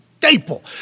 Staple